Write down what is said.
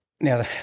Now